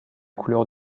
couleurs